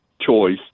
choice